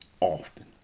Often